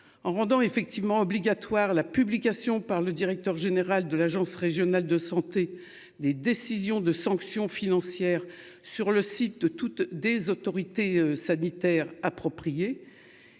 en rendant effectivement obligatoire la publication par le directeur général de l'Agence Régionale de Santé des décisions de sanctions financières sur le site de toutes des autorités sanitaires appropriées.